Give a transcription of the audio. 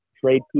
trade